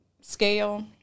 scale